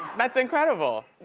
that's incredible.